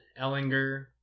Ellinger